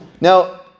Now